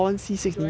joanna ang